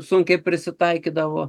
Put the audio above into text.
sunkiai prisitaikydavo